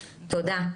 תודה.